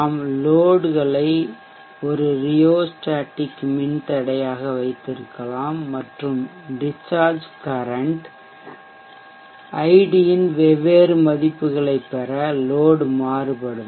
நாம் லோட்களை ஒரு ரியோஸ்டேடிக் மின்தடையாக வைத்திருக்கலாம் மற்றும் டிஷ்சார்ஜ் கரன்ட் ஐடியின் வெவ்வேறு மதிப்புகளைப் பெற லோட் மாறுபடும்